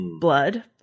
blood